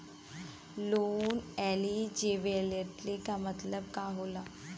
Loan eligibility का मतलब का होला?